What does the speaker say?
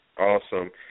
Awesome